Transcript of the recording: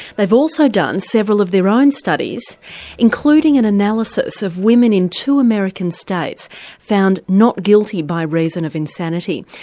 they've also done several of their own studies including an analysis of women in two american states found not guilty by reason of insanity.